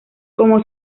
como